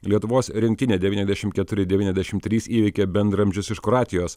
lietuvos rinktinė devyniasdešim keturi devyniasdešim trys įveikė bendraamžius iš kroatijos